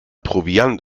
proviant